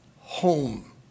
home